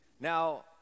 Now